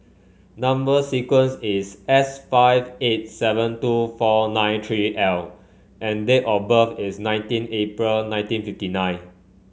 number sequence is S five eight seven two four nine three L and date of birth is nineteen April nineteen fifty nine